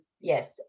yes